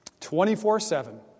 24-7